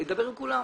הוא ידבר עם כולם.